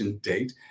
date